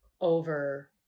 over